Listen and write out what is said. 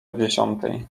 dziesiątej